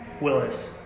Willis